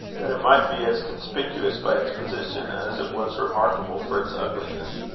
that it might be as conspicuous by its position, as it was remarkable for its ugliness.